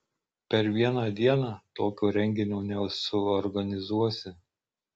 per vieną dieną tokio renginio nesuorganizuosi